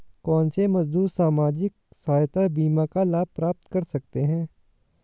कौनसे मजदूर सामाजिक सहायता बीमा का लाभ प्राप्त कर सकते हैं?